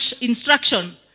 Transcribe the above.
instruction